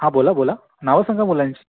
हा बोला बोला नावं सांगा मुलांची